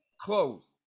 closed